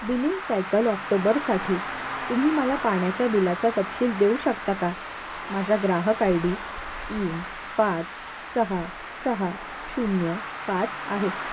billing cycle ऑक्टोबरसाठी तुम्ही मला पाण्याच्या बिलाचा तपशील देऊ शकता का माझा ग्राहक आय डी तीन पाच सहा सहा शून्य पाच आहे